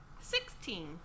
Sixteen